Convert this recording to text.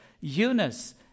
Eunice